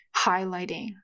highlighting